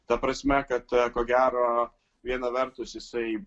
ta prasme kad ko gero viena vertus jisai